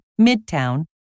midtown